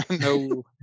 No